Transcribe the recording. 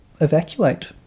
evacuate